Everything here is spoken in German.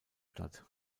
statt